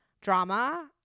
drama